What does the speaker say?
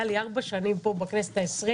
היו לי ארבע שנים פה בכנסת העשרים,